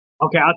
okay